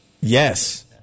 Yes